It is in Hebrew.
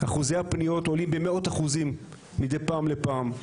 אחוזי הפניות עולים במאות אחוזים מדי פעם לפעם.